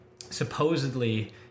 supposedly